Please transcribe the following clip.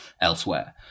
elsewhere